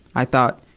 i thought,